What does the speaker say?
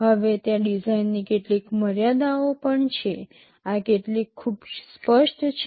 હવે ત્યાં ડિઝાઇનની કેટલીક મર્યાદાઓ ખૂબ સ્પષ્ટ છે